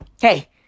hey